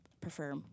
Prefer